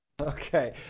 Okay